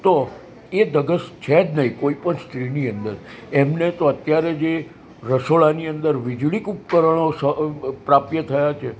તો એ ધગશ છે જ નહીં કોઈ પણ સ્ત્રીની અંદર એમને તો અત્યારે જે રસોડાની અંદર વિજળીક ઉપકરણો પ્રાપ્ય થયાં છે